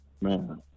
Man